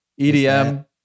EDM